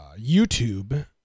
YouTube